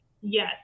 Yes